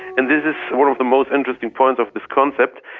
and this is one of the most interesting points of this concept,